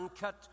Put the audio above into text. cut